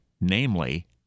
Namely